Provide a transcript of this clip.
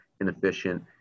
inefficient